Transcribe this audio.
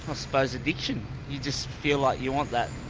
ah suppose addiction, you just feel like you want that.